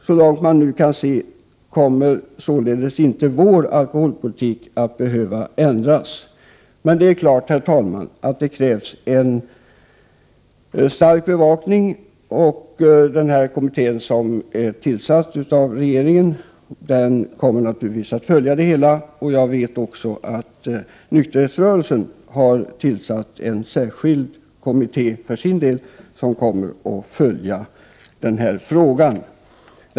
Så långt man nu kan se kommer således Sveriges alkoholpolitik inte att behöva ändras. Men det är klart, herr talman, att det krävs en stark bevakning, och den av regeringen tillsatta kommittén kommer naturligtvis att följa denna fråga. Jag vet också att nykterhetsrörelsen för sin del har tillsatt en särskild kommitté som kommer att följa denna fråga.